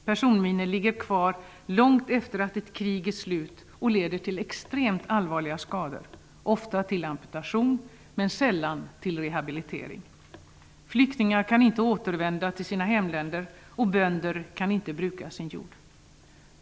Personminor ligger kvar långt efter det att ett krig är slut och leder till extremt allvarliga skador, ofta till amputation, men sällan till rehabilitering. Flyktingar kan inte återvända till sina hemländer, och bönder kan inte bruka sin jord.